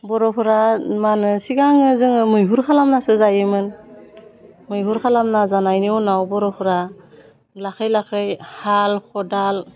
बर'फोरा मा होनो सिगाङो जोङो मैहुर खालामनासो जायोमोन मैहुर खालामना जानायनि उनाव बर'फोरा लासै लासै हाल खदाल